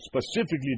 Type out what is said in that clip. specifically